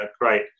great